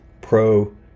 pro